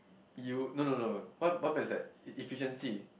you no no no what what I meant is that e~ efficiency